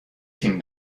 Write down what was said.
تیم